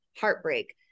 heartbreak